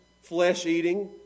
flesh-eating